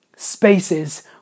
spaces